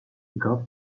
god